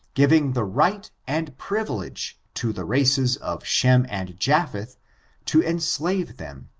giving the right and privilege to the races of shem and japheth to enslave them,